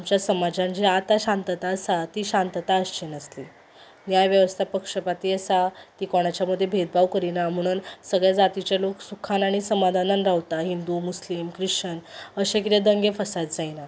आमच्या समाजान जी आतां शांतता आसा ती शांतता आसची नासली न्याय वेवस्था पक्षपाती आसा ती कोणाच्या मदीं भेदभाव करिना म्हणून सगले जातीचे लोक सुखान आनी समादानान रावता हिंदू मुस्लीम ख्रिश्चन अशे दंगे फसाद जायना